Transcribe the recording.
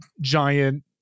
giant